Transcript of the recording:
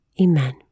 Amen